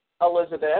Elizabeth